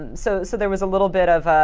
um so so there was a little bit of